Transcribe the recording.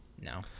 No